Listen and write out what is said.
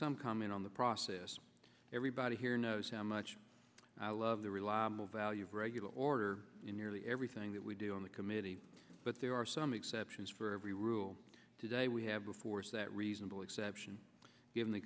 some comment on the process everybody here knows how much i love the reliable value of regular order in nearly everything that we do on the committee but there are some exceptions for every rule today we have before us that reasonable exception given the